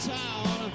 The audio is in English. town